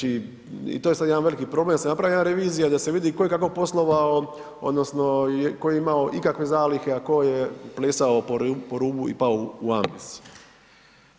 I to je sada jedan veliki problem, da se napravi jedna revizija i da se vidi tko je kako poslovao odnosno tko je imao ikakve zalihe, a tko je plesao po rubu i pao u ambis.